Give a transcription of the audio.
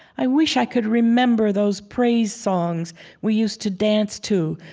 i wish i could remember those praise-songs we used to dance to,